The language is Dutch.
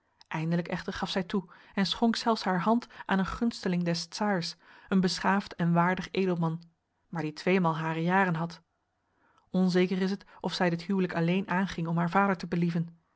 eindelijk echter gaf zij toe en schonk zelfs haar hand aan een gunsteling des tsaars een beschaafd en waardig edelman maar die tweemaal hare jaren had onzeker is het of zij dit huwelijk alleen aanging om haar vader te believen